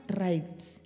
right